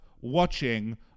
watching